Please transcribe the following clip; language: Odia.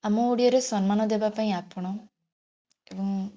ଆମ ଓଡ଼ିଆରେ ସମ୍ମାନ ଦେବା ପାଇଁ ଆପଣ ଏବଂ